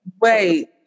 Wait